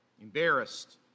Embarrassed